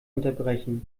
unterbrechen